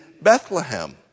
Bethlehem